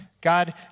God